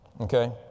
okay